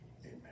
amen